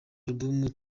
album